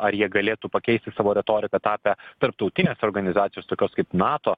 ar jie galėtų pakeisti savo retoriką tapę tarptautinės organizacijos tokios kaip nato